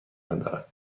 ندارد